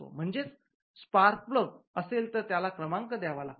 म्हणजेच spark plugs असेल तर त्याला क्रमांक द्यावा लागतो